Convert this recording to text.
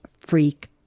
freak